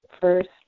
first